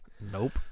Nope